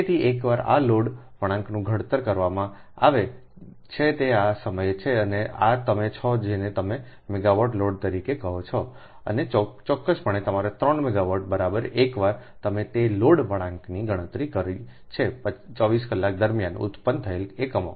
તેથી એકવાર આ લોડ વળાંકનું ઘડતર કરવામાં આવે છે તે આ સમય છે અને આ તમે છો જેને તમે મેગાવાટ લોડ તરીકે કહો છો અને ચોક્કસપણે તમારા 3 મેગાવાટ બરાબર એકવાર તમે તે લોડ વળાંકની ગણતરી કરો પછી 24 કલાક દરમિયાન ઉત્પન્ન થયેલ એકમો